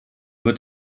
wird